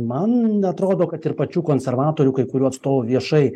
man atrodo kad ir pačių konservatorių kai kurių atstovų viešai